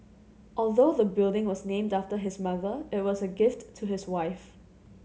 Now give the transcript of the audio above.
although the building was named after his mother it was a gift to his wife